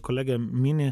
kolega mini